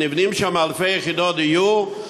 שנבנות שם אלפי יחידות דיור,